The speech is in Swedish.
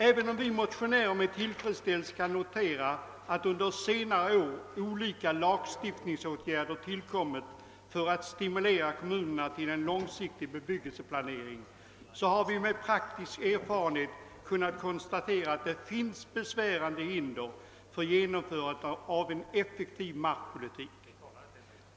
Även om vi motionärer med tillfredsställelse kan notera att under senare år olika Jlagstiftningsåtgärder tillkommit för att stimulera kommunerna till en långsiktig bebyggelseplanering så har vi med praktisk erfarenhet kunnat konstatera att det finns besvärande hinder för en effektiv markpolitik.